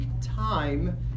time